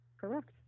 Correct